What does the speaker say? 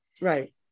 Right